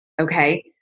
Okay